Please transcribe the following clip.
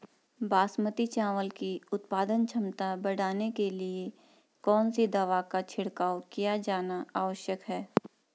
बासमती चावल की उत्पादन क्षमता बढ़ाने के लिए कौन सी दवा का छिड़काव किया जाना आवश्यक है?